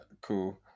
cool